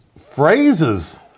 phrases